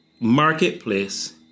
marketplace